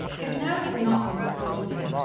if nurse had not been scolding her,